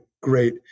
great